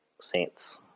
saints